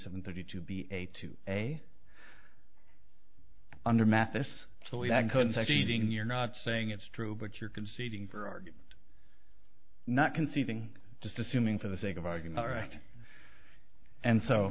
seven thirty to be a two day under mathis so that context eating you're not saying it's true but you're conceding for argument not conceding just assuming for the sake of argument right and so